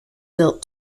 built